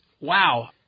wow